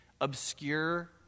obscure